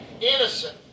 innocent